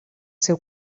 seu